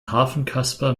hafenkasper